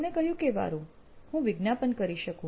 તેમણે કહ્યું કે વારુ હું વિજ્ઞાપન કરી શકું